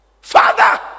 Father